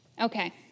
Okay